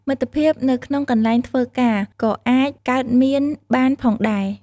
មិត្តភាពនៅក្នុងកន្លែងធ្វើការក៏អាចកើតមានបានផងដែរ។